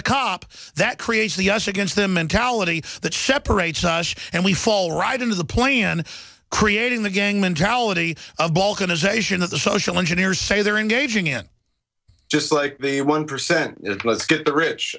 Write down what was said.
the cop that creates the us against them mentality that separates us and we fall right into the play in creating the gang mentality of balkanization of the social engineers say they're engaging in just like the one percent it was get